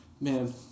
Man